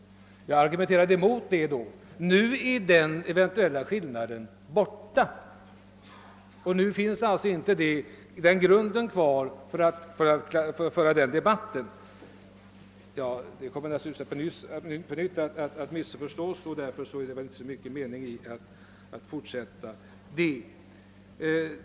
Jag argumenterade emot det då. Nu är denna eventuella skillnad borta, och nu finns alltså inte grunden kvar för att föra den debatten. Detta kommer naturligtvis på nytt att missförstås, så det är väl därför inte så stor mening att fortsätta detta resonemang.